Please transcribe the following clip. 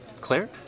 Claire